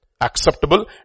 Acceptable